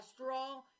cholesterol